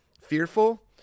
fearful